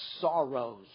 sorrows